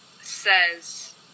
says